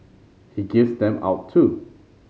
he gives them out too